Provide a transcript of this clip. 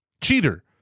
cheater